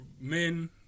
Men